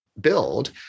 build